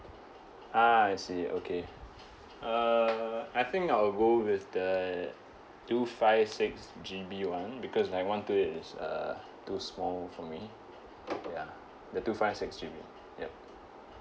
ah I see okay uh I think I will go with the two five six G_B one because one two eight is uh too small for me ya the two five six G_B yup